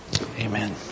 Amen